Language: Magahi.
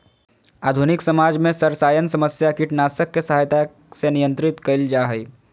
आधुनिक समाज में सरसायन समस्या कीटनाशक के सहायता से नियंत्रित करल जा हई